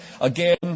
Again